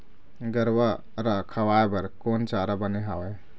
गरवा रा खवाए बर कोन चारा बने हावे?